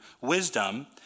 wisdom